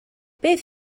beth